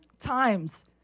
times